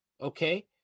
Okay